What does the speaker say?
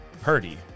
Purdy